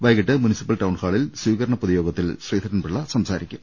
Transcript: വൈകിട്ട് മുൻസിപ്പൽ ടൌൺഹാളിൽ സ്വീകരണ പൊതുയോഗത്തിൽ ശ്രീധരൻപിള്ള സംസാരി ക്കും